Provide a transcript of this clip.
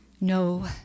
No